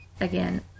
again